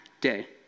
day